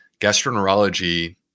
gastroenterology